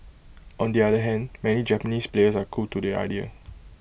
on the other hand many Japanese players are cool to the idea